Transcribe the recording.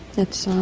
it's